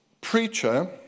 preacher